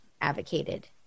advocated